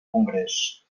congrés